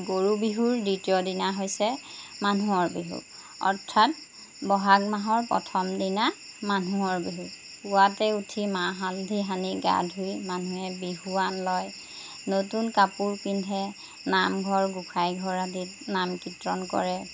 গৰু বিহুৰ দ্বিতীয়দিনা হৈছে মানুহৰ বিহু অৰ্থাৎ বহাগ মাহৰ প্ৰথম দিনা মানুহৰ বিহু পুৱাতে উঠি মাহ হালধি সানি গা ধুই মানুহে বিহুৱান লয় নতুন কাপোৰ পিন্ধে নামঘৰ গোসাঁইঘৰ আদিত নাম কীৰ্তন কৰে